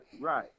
right